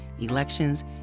elections